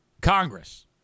Congress